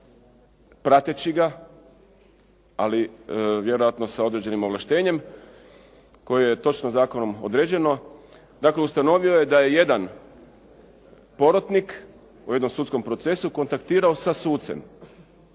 prateći ga ali vjerojatno sa određenim ovlaštenjem koje je točno zakonom određeno, dakle ustanovio je da je jedan porotnik u jednom sudskom procesu kontaktirao sa sucem